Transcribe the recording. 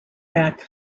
mack